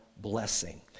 blessing